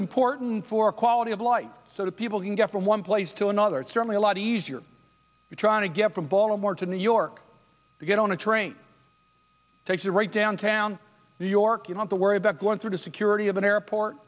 important for quality of life so that people can get from one place to another it's certainly a lot easier trying to get from baltimore to new york to get on a train take the right downtown new york you know the worry about going through the security of an airport